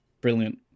Brilliant